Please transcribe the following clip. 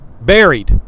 Buried